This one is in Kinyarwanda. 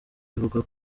ivuga